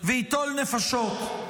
וייטול נפשות?